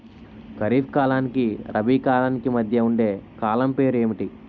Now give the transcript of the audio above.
ఖరిఫ్ కాలానికి రబీ కాలానికి మధ్య ఉండే కాలం పేరు ఏమిటి?